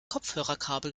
kopfhörerkabel